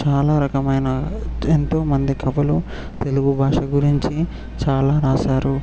చాలా రకమైన ఎంతో మంది కవులు తెలుగు భాష గురించి చాలా వ్రాసారు